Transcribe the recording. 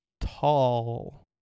Tall